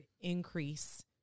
increase